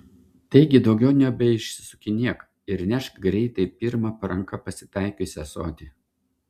taigi daugiau nebeišsisukinėk ir nešk greitai pirmą po ranka pasitaikiusį ąsotį